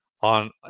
on